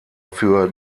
für